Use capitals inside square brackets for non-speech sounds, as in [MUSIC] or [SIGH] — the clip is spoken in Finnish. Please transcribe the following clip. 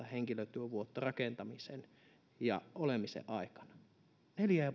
[UNINTELLIGIBLE] henkilötyövuotta rakentamisen ja olemisen aikana neljätuhattaviisisataa ja